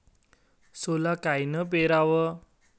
सोला कायनं पेराव?